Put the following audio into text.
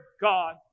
God